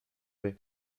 vais